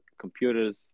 computers